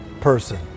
person